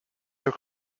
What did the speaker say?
your